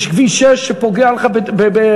יש כביש 6 שפוגע לך בראש-העין,